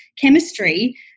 chemistry